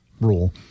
rule